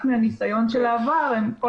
הנוהל יועבר לוועדה היום או מחר.